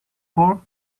for